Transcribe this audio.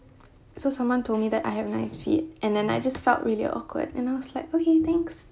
so someone told me that I have nice feet and then I just felt really awkward and I was like okay thanks